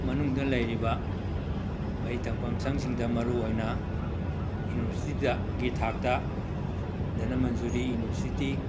ꯃꯅꯨꯡꯗ ꯂꯩꯔꯤꯕ ꯃꯍꯩꯇꯝꯐꯝ ꯁꯪꯁꯤꯡꯗ ꯃꯔꯨꯑꯣꯏꯅ ꯌꯨꯅꯤꯚꯔꯁꯤꯇꯤꯗ ꯒꯤꯊꯥꯛꯇ ꯙꯅꯃꯟꯖꯨꯔꯤ ꯌꯨꯅꯤꯚꯔꯁꯤꯇꯤ